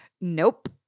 nope